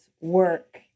work